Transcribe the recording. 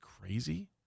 crazy